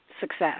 success